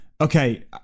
Okay